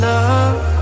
love